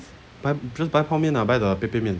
buy just buy 泡面 buy the 杯杯面